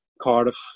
Cardiff